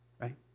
right